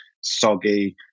soggy